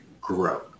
grow